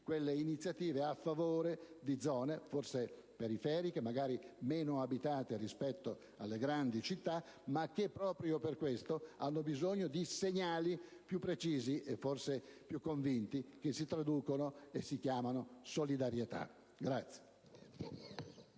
e iniziative a favore di zone forse periferiche, magari meno abitate rispetto alle grandi città, ma che proprio per questo hanno bisogno di segnali più precisi e forse più convinti, che si chiamano solidarietà.